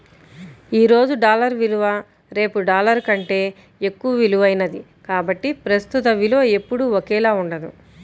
ఈ రోజు డాలర్ విలువ రేపు డాలర్ కంటే ఎక్కువ విలువైనది కాబట్టి ప్రస్తుత విలువ ఎప్పుడూ ఒకేలా ఉండదు